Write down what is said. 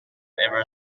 ever